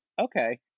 Okay